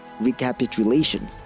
recapitulation